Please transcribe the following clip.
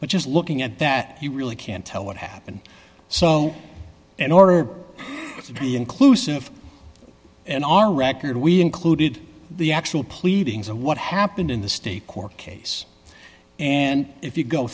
but just looking at that you really can't tell what happened so in order to be inclusive in our record we included the actual pleadings of what happened in the state court case and if you go